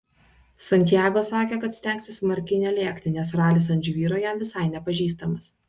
santiago sakė kad stengsis smarkiai nelėkti nes ralis ant žvyro jam visai nepažįstamas